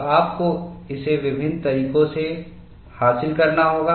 तो आपको इसे विभिन्न तरीकों से हासिल करना होगा